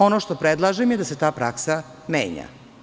Ono što predlažem je da se ta praksa menja.